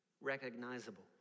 recognizable